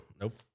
Nope